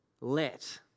let